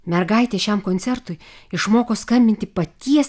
mergaitė šiam koncertui išmoko skambinti paties